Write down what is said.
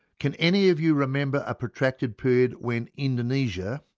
can any of you remember a protracted period when indonesia,